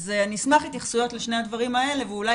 אשמח להתייחסויות לשני הדברים האלה ואולי